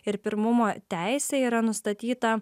ir pirmumo teisė yra nustatyta